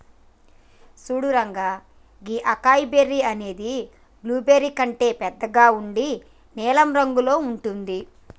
సూడు రంగా గీ acai berry అనేది బ్లూబెర్రీ కంటే బెద్దగా ఉండి నీలం రంగులో ఉంటుంది